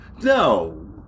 No